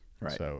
Right